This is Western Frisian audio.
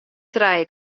trije